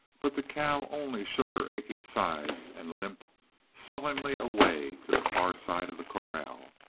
but the cow only shook her aching sides and limped sullenly away to the far side of the corral.